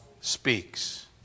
speaks